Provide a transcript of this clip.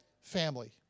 family